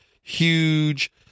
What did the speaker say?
huge